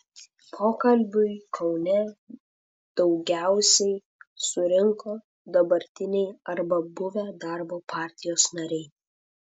pokalbiui kaune daugiausiai susirinko dabartiniai arba buvę darbo partijos nariai